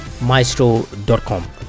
maestro.com